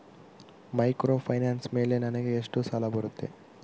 Microfinance ಮೇಲೆ ನನಗೆ ಎಷ್ಟು ಸಾಲ ಬರುತ್ತೆ?